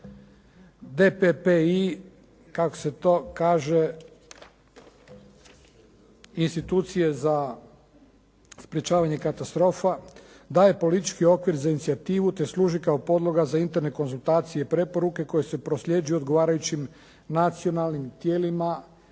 kaže institucije za sprečavanje katastrofa daje politički okvir za inicijativu te služi kao podloga za interne konzultacije i preporuke koje se prosljeđuju odgovarajućim nacionalnim tijelima